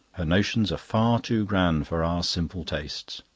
her notions are far too grand for our simple tastes.